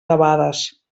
debades